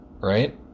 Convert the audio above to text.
Right